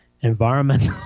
environmental